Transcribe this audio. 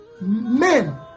men